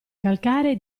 calcaree